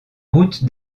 route